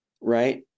right